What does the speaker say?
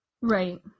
Right